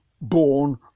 born